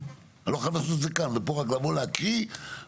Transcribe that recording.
אז זו הנחייה לתכנון וזו הנחייה לביצוע.